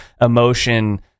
emotion